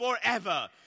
forever